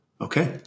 Okay